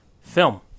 film